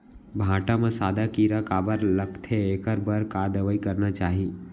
भांटा म सादा कीरा काबर लगथे एखर बर का दवई करना चाही?